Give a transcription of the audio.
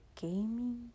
gaming